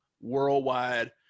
worldwide